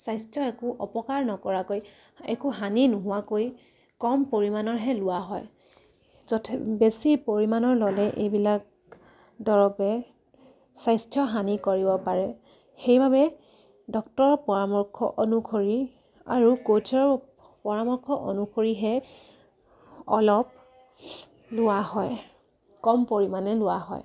স্বাস্থ্য একো অপকাৰ নকৰাকৈ একো হানি নোহোৱাকৈ কম পৰিমাণৰহে লোৱা হয় বেছি পৰিমাণৰ ল'লে এইবিলাক দৰবে স্বাস্থ্য হানি কৰিব পাৰে সেইবাবে ডক্টৰৰ পৰামৰ্শ অনুসৰি আৰু কোচৰ পৰামৰ্শ অনুসৰিহে অলপ লোৱা হয় কম পৰিমাণে লোৱা হয়